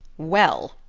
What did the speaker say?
well,